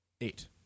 Eight